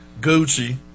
Gucci